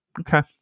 Okay